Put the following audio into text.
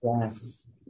yes